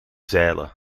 zeilen